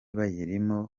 bayirimo